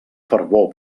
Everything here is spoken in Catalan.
fervor